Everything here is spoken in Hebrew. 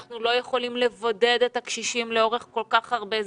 אנחנו לא יכולים לבודד את הקשישים לאורך כל כך הרבה זמן,